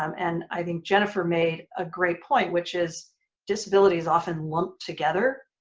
um and i think jennifer made a great point which is disabilities often lumped together.